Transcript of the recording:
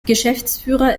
geschäftsführer